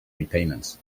repayments